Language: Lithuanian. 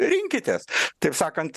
rinkitės taip sakant